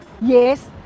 Yes